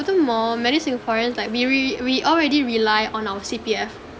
furthermore many singaporeans like we re~ we already rely on our C_P_F